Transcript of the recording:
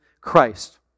Christ